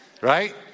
Right